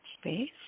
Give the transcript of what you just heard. space